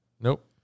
nope